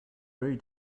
very